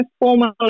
formally